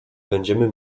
będziemy